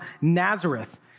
Nazareth